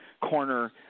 corner